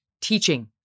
teaching